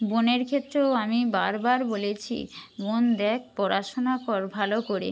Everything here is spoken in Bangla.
বোনের ক্ষেত্রেও আমি বারবার বলেছি বোন দেখ পড়াশোনা কর ভালো করে